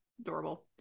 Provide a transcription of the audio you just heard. Adorable